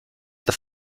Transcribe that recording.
this